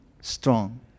strong